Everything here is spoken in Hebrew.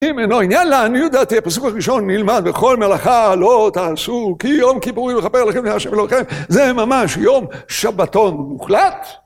אם אינו עניין, לעניות דעתי הפסוק הראשון נלמד ב'כל מלאכה לא תעשו כי יום כיפורים הוא לכפר עליכם לה' אלוהיכם', זה ממש יום שבתון מוחלט.